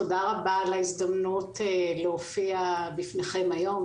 תודה רבה על ההזדמנות להופיע בפניכם היום.